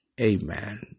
Amen